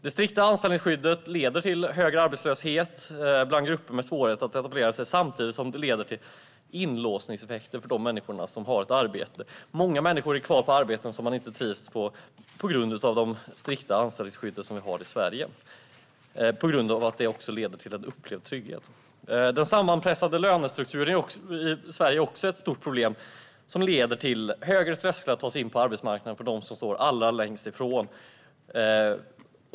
Det strikta anställningsskyddet leder till högre arbetslöshet bland grupper med svårigheter att etablera sig, samtidigt som det leder till inlåsningseffekter för de människor som har ett arbete. Många människor är, på grund av det strikta anställningsskydd som vi har i Sverige och på grund av att det också leder till en upplevd trygghet, kvar på arbeten som de inte trivs med. Den sammanpressade lönestrukturen i Sverige är också ett stort problem som leder till högre trösklar för att ta sig in på arbetsmarknaden för dem som står allra längst ifrån.